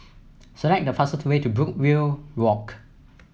select the fastest way to Brookvale Walk